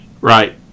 right